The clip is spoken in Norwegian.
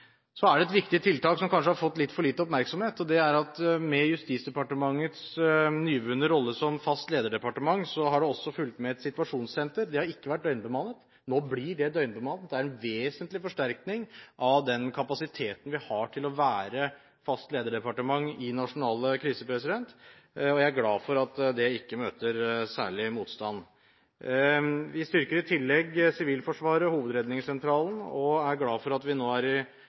Så er det et viktig tiltak som kanskje har fått litt for lite oppmerksomhet, og det er at med Justisdepartementets nyvunne rolle som fast lederdepartement har det også fulgt med et situasjonssenter. Det har ikke vært døgnbemannet. Nå blir det døgnbemannet. Det er en vesentlig forsterkning av den kapasiteten vi har til å være fast lederdepartement i nasjonale kriser, og jeg er glad for at det ikke møter særlig motstand. Vi styrker i tillegg Sivilforsvaret og hovedredningssentralen og er glad for at vi nå er